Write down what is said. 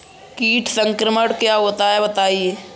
कीट संक्रमण क्या होता है बताएँ?